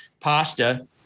pasta